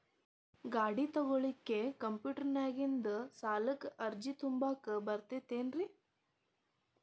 ಗಾಡಿ ತೊಗೋಳಿಕ್ಕೆ ಕಂಪ್ಯೂಟೆರ್ನ್ಯಾಗಿಂದ ಸಾಲಕ್ಕ್ ಅರ್ಜಿ ತುಂಬಾಕ ಬರತೈತೇನ್ರೇ?